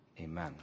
Amen